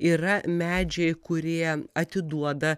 yra medžiai kurie atiduoda